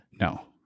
No